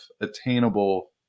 attainable